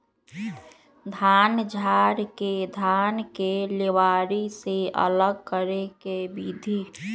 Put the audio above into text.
धान झाड़ के धान के लेबारी से अलग करे के विधि